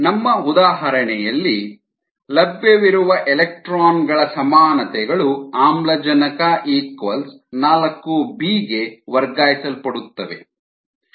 ನಮ್ಮ ಉದಾಹರಣೆಯಲ್ಲಿ ಲಭ್ಯವಿರುವ ಎಲೆಕ್ಟ್ರಾನ್ ಗಳ ಸಮಾನತೆಗಳು ಆಮ್ಲಜನಕ 4 ಬಿ ಗೆ ವರ್ಗಾಯಿಸಲ್ಪಡುತ್ತವೆ